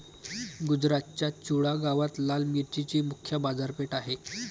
गुजरातच्या चुडा गावात लाल मिरचीची मुख्य बाजारपेठ आहे